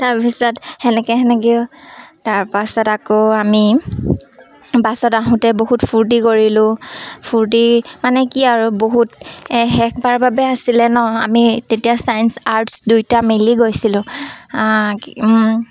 তাৰপিছত তেনেকৈ তেনেকৈ তাৰপাছত আকৌ আমি বাছত আহোঁতে বহুত ফূৰ্তি কৰিলোঁ ফূৰ্তি মানে কি আৰু বহুত শেষবাৰ বাবে আছিলে ন আমি তেতিয়া চাইন্স আৰ্টছ দুইটা মিলি গৈছিলোঁ